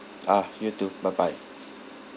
ah you too bye bye